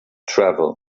travel